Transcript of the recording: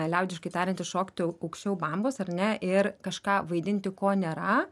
liaudiškai tariant iššokti aukščiau bambos ar ne ir kažką vaidinti ko nėra